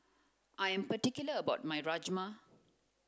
I am particular about my Rajma